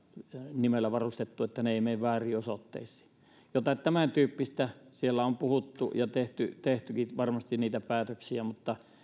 nimellä varustettuja etteivät ne mene vääriin osoitteisiin tämäntyyppistä siellä on puhuttu ja tehtykin varmasti niitä päätöksiä mutta